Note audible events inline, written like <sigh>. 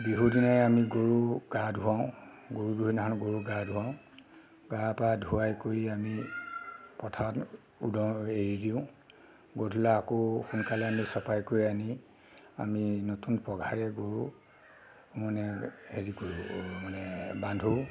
বিহুৰ দিনাই আমি গৰু গা ধুৱাওঁ গৰু বিহুৰ দিনাখনি গৰু গা ধুৱাওঁ গা পা ধুৱাই কৰি আমি পথাৰত <unintelligible> এৰি দিওঁ গধূলা আকৌ সোনকালে আমি চপাই কৰি আনি আমি নতুন পঘাৰে গৰু মানে হেৰি কৰোঁ মানে বান্ধো